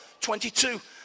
22